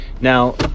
now